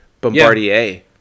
Bombardier